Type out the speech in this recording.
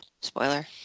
Spoiler